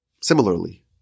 Similarly